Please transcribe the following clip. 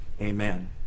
amen